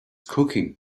cooking